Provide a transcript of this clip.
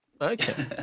okay